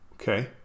Okay